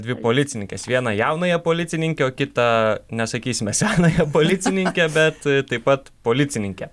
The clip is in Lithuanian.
dvi policininkes vieną jaunąją policininkę o kitą nesakysime senąją policininkę bet taip pat policininkę